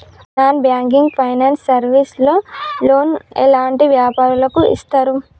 Non banking finance service లో loan ఎలాంటి వ్యాపారులకు ఇస్తరు?